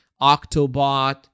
Octobot